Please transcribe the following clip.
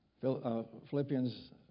Philippians